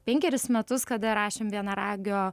penkerius metus kada rašėm vienaragio